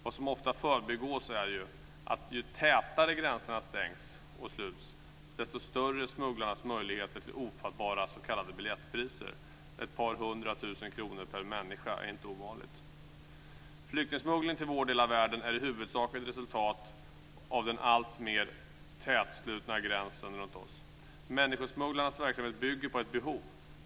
Vad som ofta förbigås är att ju tätare gränserna stängs och sluts, desto större är smugglarnas möjligheter till ofattbara s.k. biljettpriser; ett par hundratusen per människa är inte ovanligt. Flyktingsmuggling till vår del av världen är huvudsakligen ett resultat av den alltmer tätslutna gränsen runt oss. Människosmugglarnas verksamhet bygger på ett behov.